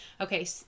Okay